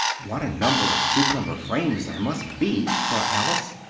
what a number of cucumber-frames there must be! thought alice,